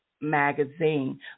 Magazine